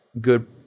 Good